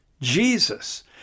Jesus